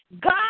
God